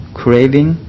craving